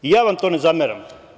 Ja vam to ne zameram.